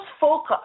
focus